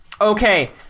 Okay